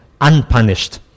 unpunished